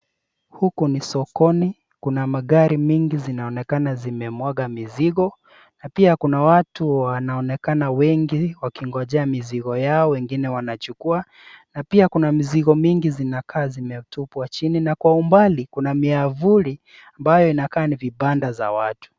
Huku ni sokoni kuna magari mengi zinaonekana zimemwaga mizigo na pia kuna watu wanaonekana wengi wakingojea mizigo yao ,wengine wanachukuana pia kuna mizigo mingi zinakaa zimetupwa chini na kwa umbali kuna miavuli ambayo inakaa ni vibanda vya watu.